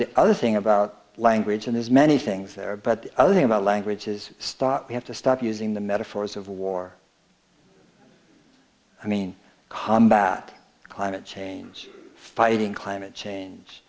the other thing about language and there's many things there but only about languages stock we have to stop using the metaphors of war i mean combat climate change fighting climate change